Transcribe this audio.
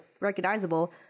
recognizable